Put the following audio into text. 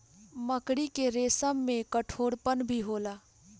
मकड़ी के रेसम में कठोरपन भी होला